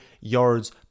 yards